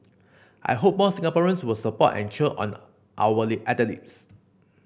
I hope more Singaporeans will support and cheer on our athletes